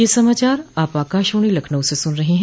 ब्रे क यह समाचार आप आकाशवाणी लखनऊ से सुन रहे हैं